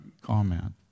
comment